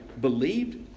believed